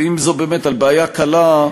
ואם זו באמת על בעיה קלה,